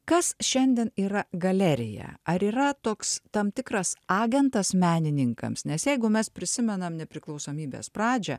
kas šiandien yra galerija ar yra toks tam tikras agentas menininkams nes jeigu mes prisimenam nepriklausomybės pradžią